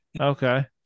Okay